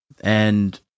and-